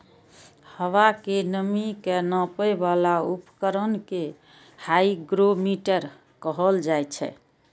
हवा के नमी के नापै बला उपकरण कें हाइग्रोमीटर कहल जाइ छै